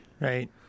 Right